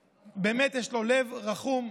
שבאמת יש לו לב רחום,